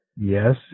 yes